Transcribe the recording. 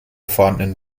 vorhandenen